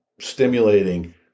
stimulating